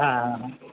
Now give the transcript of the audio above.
हा हा हा